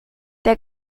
der